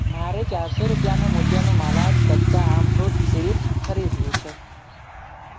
મારે ચારસો રૂપિયાના મૂલ્યનું માલાઝ કચ્ચા આમ ફ્રુટ સીરીપ ખરીદવું છે